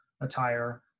attire